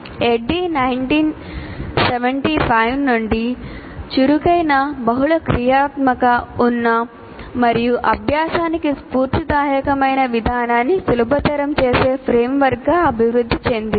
ADDIE 1975 నుండి చురుకైన బహుళ క్రియాత్మక ఉన్న మరియు అభ్యాసానికి స్ఫూర్తిదాయకమైన విధానాన్ని సులభతరం చేసే ఫ్రేమ్వర్క్గా అభివృద్ధి చెందింది